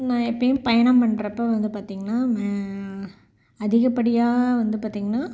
நான் எப்போயும் பயணம் பண்றப்போ வந்து பார்த்தீங்கன்னா ம அதிகப்படியாக வந்து பார்த்தீங்கன்னா